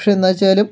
പക്ഷെ എന്തു വച്ചാലും